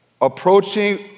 approaching